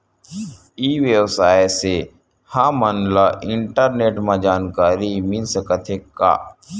ई व्यवसाय से हमन ला इंटरनेट मा जानकारी मिल सकथे का?